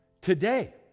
Today